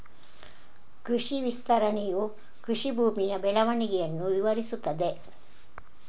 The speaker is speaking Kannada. ಕೃಷಿ ವಿಸ್ತರಣೆಯು ಕೃಷಿ ಭೂಮಿಯ ಬೆಳವಣಿಗೆಯನ್ನು ವಿವರಿಸುತ್ತದೆ